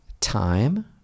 time